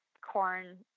corn